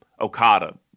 Okada